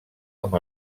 amb